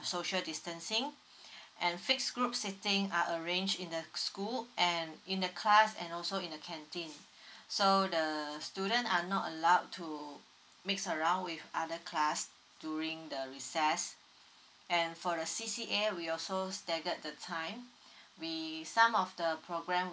social distancing and fix group sitting uh arrange in the school and in the class and also in the canteen so the student are not allowed to mix around with other class during the recess and for the C_C_A we also staggered the time with some of the program